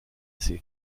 sie